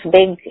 big